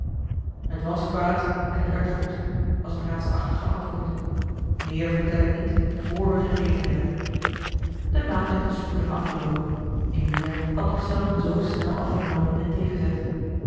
t was kwaad en t werd goed was het raadselachtige antwoord meer vertel ik niet vr we gegeten hebben eli heimans willem roda de maaltijd was spoedig afgeloopen emilia had nog zelden zoo snel afgenomen en thee gezet